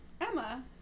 Emma